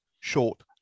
short